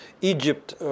Egypt